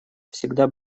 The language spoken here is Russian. всегда